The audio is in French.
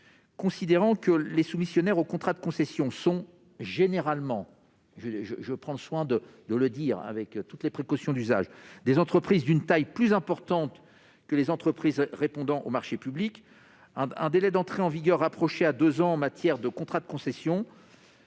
considéré que les soumissionnaires à des contrats de concession sont généralement- je prends soin de le dire avec toutes les précautions d'usage -des entreprises d'une taille plus importante que celles qui répondent à des marchés publics. Un délai d'entrée en vigueur ramené à deux ans en matière de contrats de concession